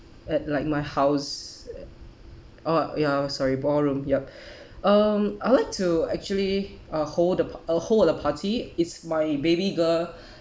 at like my house oh ya sorry ballroom yup um I would like to actually uh hold the p~ uh hold a party it's my baby girl